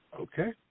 Okay